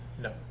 No